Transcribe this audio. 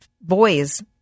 boy's